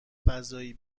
فضایی